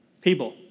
people